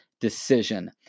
decision